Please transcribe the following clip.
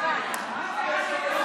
בעד חוה אתי